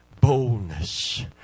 boldness